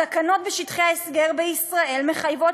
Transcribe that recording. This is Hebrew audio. התקנות בשטחי ההסגר בישראל מחייבות